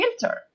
filter